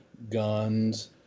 Guns